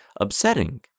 upsetting